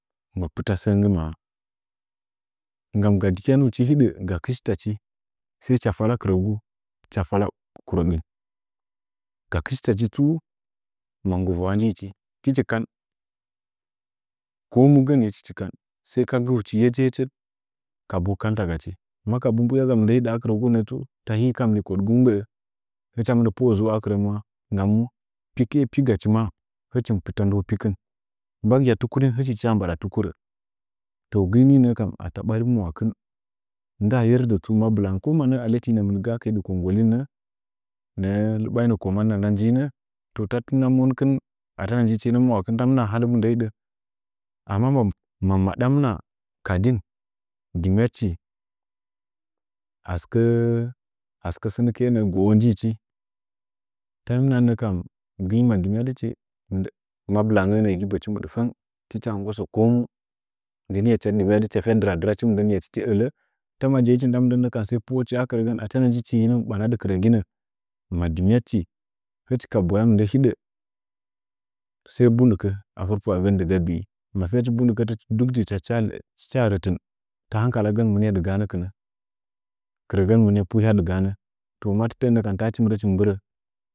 Mɨ pita səə nggima nggam ga kɨshitchi hicha fala kɨragu hicha fala kurəɓin, ga kɨshiachu tsu ma nggɨruwaha njichi tichi kan komu gənye tichi kan sa ka guchu yegəyegəd kabu kanta gachi, makabumbu’yaga mɨndə hidə akɨrəgunnətsu ta hɨkan ləkodgu mɨ mgbəə hicha mɨnda kɨrə maa ndami pɨkɨe pigachi maa hɨchi mɨ pite ndəngu pichi mbagɨya tikurin hichi tɨchaa mbada tɨkurə to gri ni nəkam ata ɓari mwaku nda yerdə tsu mabɨango, ko masə iyalalɨnəmin ga’a dɨ kongnggohin nə nə’ə lɨɓainə commond nda ndɨnə, na monkin ata njinə mwakin ta mɨnda hadɨmɨndə hiɗə, amma madamina kadin dɨmyad chi asəkə goə njichi, tahɨm nahan nəkam gɨma dɨ myadachi, mabi’langə nəə bəəchi mudfang tɨcha nggoshi kornu ndən hicha dɨmyadi fa jradrachi mɨndən ya tichi ələ, ta ma jeichi nda mɨndən nəkam tasai tsɨɓwodɨchi.